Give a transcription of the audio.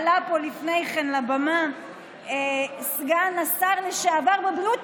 עלה פה לפני כן לבמה סגן השר לשעבר בבריאות,